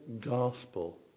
gospel